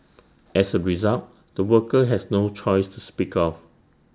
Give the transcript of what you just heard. as A result the worker has no choice to speak of